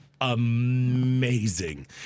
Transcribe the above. amazing